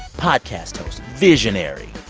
podcast host, visionary.